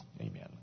Amen